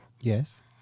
Yes